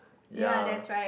ya